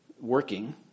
working